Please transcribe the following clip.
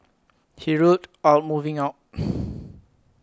he ruled out moving out